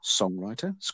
songwriter